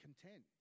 content